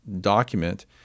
document